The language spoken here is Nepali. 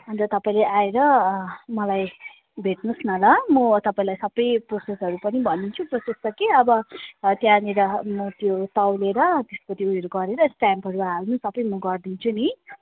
अन्त तपाईँले आएर मलाई भेट्नुहोस् न ल म तपाईँलाई सबै प्रोसेसहरू पनि भनिदिन्छु प्रोसेस त के अब त्यहाँनिर म त्यो तौलेर त्यसको त्योहरू गरेर स्ट्याम्पहरू हाल्नु सबै म गरिदिन्छु नि